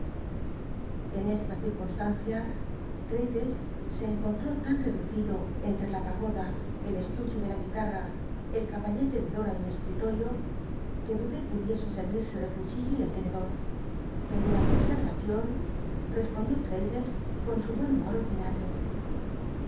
en esta ti rcunslancia l'raddles e encontró tan reducido entre la pagoda el estuche de la guitarra el caballete de dora y mi escritorio que dudé pudiese sctvir sc del cuchillo y el tenedor pero i mi obscrmcion cspondió l'raddlcs con su buen humor